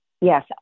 Yes